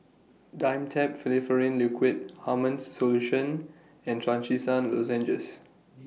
Dimetapp Phenylephrine Liquid Hartman's Solution and Trachisan Lozenges